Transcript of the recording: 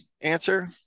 answer